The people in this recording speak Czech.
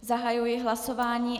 Zahajuji hlasování.